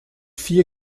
vier